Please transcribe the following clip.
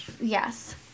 yes